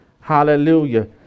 Hallelujah